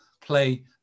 play